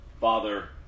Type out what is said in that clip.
Father